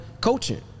coaching